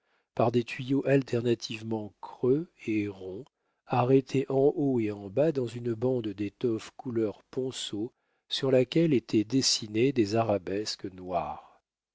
par des tuyaux alternativement creux et ronds arrêtés en haut et en bas dans une bande d'étoffe couleur ponceau sur laquelle étaient dessinées des arabesques noires